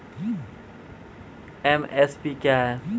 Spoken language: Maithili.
एम.एस.पी क्या है?